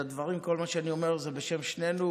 כל מה שאני אומר זה בשם שנינו.